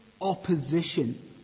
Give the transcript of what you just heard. opposition